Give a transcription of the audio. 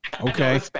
Okay